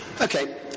Okay